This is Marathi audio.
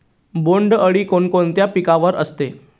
बोंडअळी कोणकोणत्या पिकावर असते?